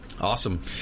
Awesome